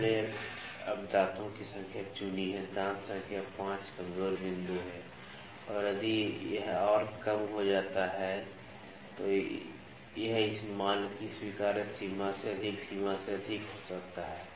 हमने अब दांतों की संख्या चुनी है दांत संख्या 5 कमजोर बिंदु है और यदि यह और कम हो जाता है तो यह इस मान की स्वीकार्य सीमा से अधिक सीमा से अधिक हो सकता है